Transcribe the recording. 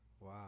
Wow